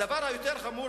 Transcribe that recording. הדבר החמור יותר,